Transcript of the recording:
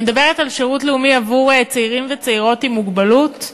אני מדברת על שירות לאומי עבור צעירים וצעירות עם מוגבלות,